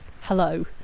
hello